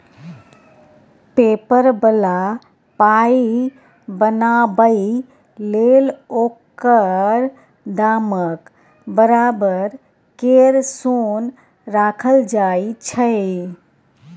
paper बला पाइ बनाबै लेल ओकर दामक बराबर केर सोन राखल जाइ छै